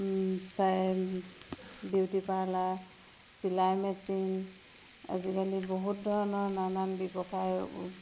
চাই beauty parlour চিলাই machine আজিকালি বহুত ধৰণৰ নানান ব্যৱসায়